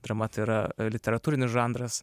drama tai yra literatūrinis žanras